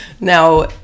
now